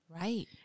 Right